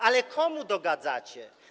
Ale komu dogadzacie?